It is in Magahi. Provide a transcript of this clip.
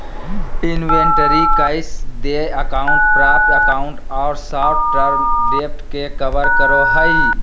इन्वेंटरी कैश देय अकाउंट प्राप्य अकाउंट और शॉर्ट टर्म डेब्ट के कवर करो हइ